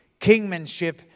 kingmanship